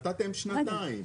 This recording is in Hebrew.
שנתיים.